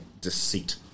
deceit